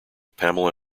pamela